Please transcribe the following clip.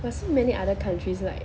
可是 many other countries like